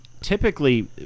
typically